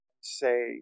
say